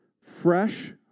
Fresh